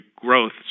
growth